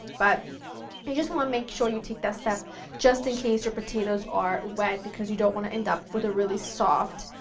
but but you want to make sure you take that step just in case your potatoes are wet because you don't want to end up with a really soft,